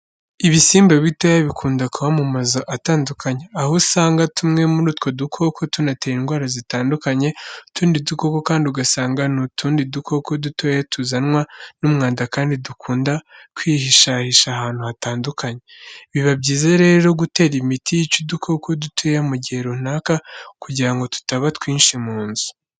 Ibisimba bitoya bikunda kuba mu mazu atandukanye, aho usangwa tumwe muri utwo dukoko tunatera indwara zitandukanye, utundi dukoko kandi ugasanga n'utundi dukoko dutoya tuzanwa n'umwanda kandi dukunda kwihishahisha ahantu hatandukanye. Biba byiza rero gutera imiti yica udukoko dutoya mu gihe runaka kugira ngo tutaba twinshi mu nzu.